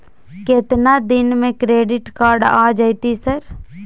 केतना दिन में क्रेडिट कार्ड आ जेतै सर?